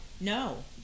No